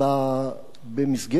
במסגרת